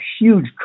huge